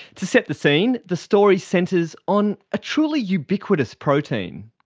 to set the scene, the story centres on a truly ubiquitous protein.